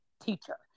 teacher